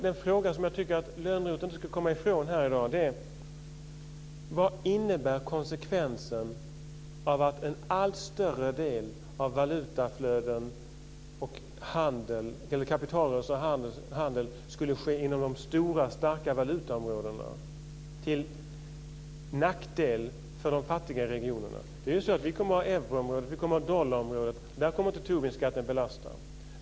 Den fråga som jag tycker att Lönnroth inte ska komma ifrån här i dag är vad som skulle vara konsekvensen av att en allt större del av kapitalrörelser och handel skulle ske inom de stora starka valutaområdena till nackdel för de fattiga regionerna. Vi kommer att ha euroområdet. Vi kommer att ha dollarområdet. Där kommer inte Tobinskatten att belasta.